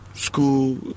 school